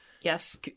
Yes